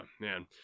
man